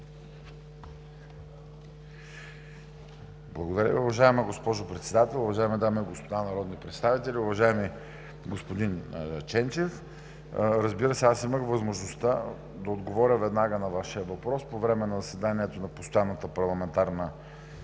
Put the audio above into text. Благодаря. Уважаема госпожо Председател, дами и господа народни представители, уважаеми господин Ченчев! Разбира се, аз имах възможността до отговоря веднага на Вашия въпрос по време на заседанието на постоянната парламентарна